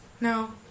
No